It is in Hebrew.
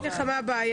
אני אגיד לך מה הבעיה.